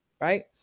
right